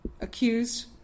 Accused